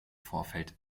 vorfeld